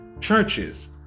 churches